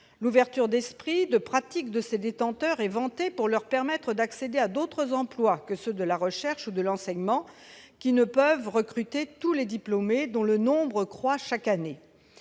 L'ouverture d'esprit et la pratique de ses détenteurs sont vantées pour leur permettre d'accéder à d'autres emplois que ceux de la recherche ou de l'enseignement, qui ne peuvent recruter tous les diplômés, dont le nombre croît chaque année.